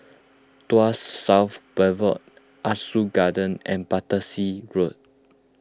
Tuas South Boulevard Ah Soo Garden and Battersea Road